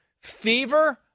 fever